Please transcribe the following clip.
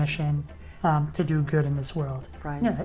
mission to do good in this world right now